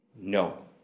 No